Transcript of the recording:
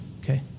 Okay